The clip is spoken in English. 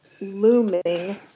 looming